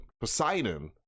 Poseidon